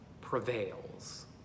prevails